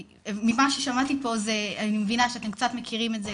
ממה שמעתי פה אני מבינה שאתם קצת מכירים את זה,